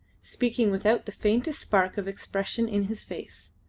speaking without the faintest spark of expression in his face,